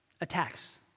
attacks